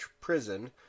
Prison